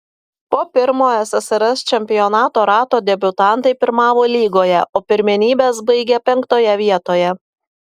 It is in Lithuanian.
po pirmo ssrs čempionato rato debiutantai pirmavo lygoje o pirmenybes baigė penktoje vietoje